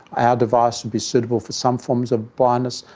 our device will be suitable for some forms of blindness,